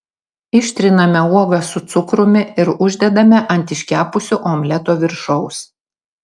ištriname uogas su cukrumi ir uždedame ant iškepusio omleto viršaus